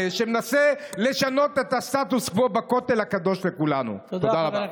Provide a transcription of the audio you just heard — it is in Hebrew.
כל דבר,